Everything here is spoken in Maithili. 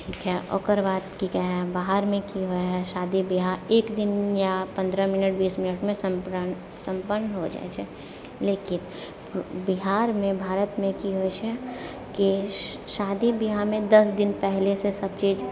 ठीक हइ ओकर बाद की कहै बाहरमे की होइ हइ शादी ब्याह एक दिन या पन्द्रह मिनट या बीस मिनटमे सम्प्रण सम्पन्न हो जाइ छै लेकिन बिहारमे भारतमे की होइ छै कि शादी बिआहमे दश दिन पहिलेसँ सभ चीज